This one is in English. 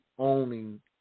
Owning